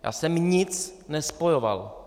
Já jsem nic nespojoval.